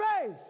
faith